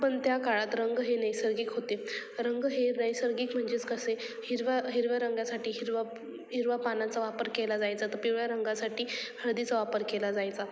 पण त्या काळात रंग हे नैसर्गिक होते रंग हे नैसर्गिक म्हणजेच कसे हिरव्या हिरव्या रंगासाठी हिरवा हिरवा पानांचा वापर केला जायचा तर पिवळ्या रंगासाठी हळदीचा वापर केला जायचा